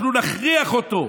אנחנו נכריח אותו,